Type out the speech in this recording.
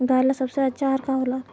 गाय ला सबसे अच्छा आहार का होला?